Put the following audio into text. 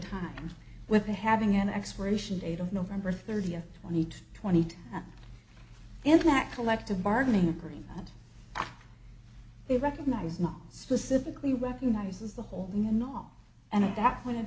time with the having an expiration date of november thirtieth we need twenty eight and that collective bargaining agreement they recognize most specifically recognizes the whole you know and at that point